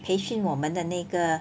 培训我们的那个